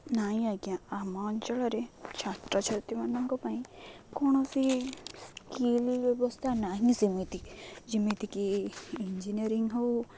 ନାଇଁ ଆଜ୍ଞା ଆମ ଅଞ୍ଚଳରେ ଛାତ୍ରଛାତ୍ରୀମାନଙ୍କ ପାଇଁ କୌଣସି ସ୍କିଲ୍ ବ୍ୟବସ୍ଥା ନାହିଁ ସେମିତି ଯେମିତିକି ଇଞ୍ଜିନିୟରିଂ ହେଉ